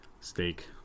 steak